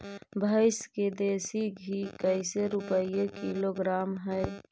भैंस के देसी घी कैसे रूपये किलोग्राम हई?